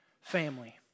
family